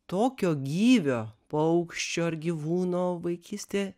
tokio gyvio paukščio ar gyvūno vaikystė